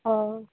অঁ